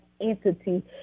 entity